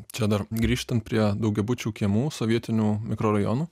čia dar grįžtant prie daugiabučių kiemų sovietinių mikrorajonų